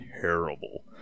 terrible